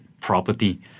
property